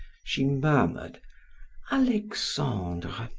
she murmured alexandre!